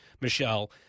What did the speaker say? Michelle